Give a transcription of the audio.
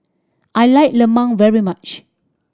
I like lemang very much